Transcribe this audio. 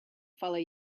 follow